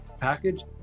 package